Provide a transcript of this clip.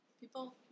people